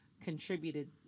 contributed